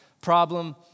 problem